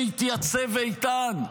שיתייצב איתן,